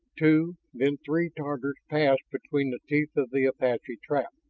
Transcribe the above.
two, then three tatars passed between the teeth of the apache trap.